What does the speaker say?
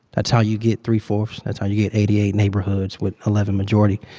that's how you get three-fourths. that's how you get eighty eight neighborhoods with eleven majority.